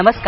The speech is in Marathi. नमस्कार